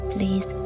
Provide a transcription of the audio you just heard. Please